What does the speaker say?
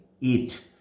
eat